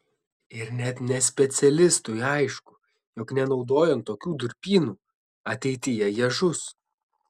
ir net nespecialistui aišku jog nenaudojant tokių durpynų ateityje jie žus